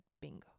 bingo